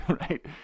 right